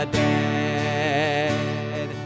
dead